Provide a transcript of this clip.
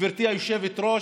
גברתי היושבת-ראש,